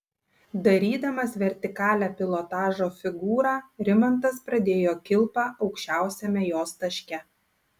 darydamas vertikalią pilotažo figūrą rimantas pradėjo kilpą aukščiausiame jos taške